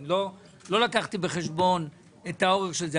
אני לא לקחתי בחשבון את האורך של זה.